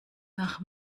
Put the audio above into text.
nach